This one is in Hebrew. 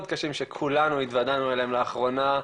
קשים שכולנו התוודענו אליהם לאחרונה,